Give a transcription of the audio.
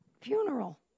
funeral